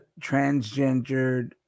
transgendered